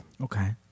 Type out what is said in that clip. Okay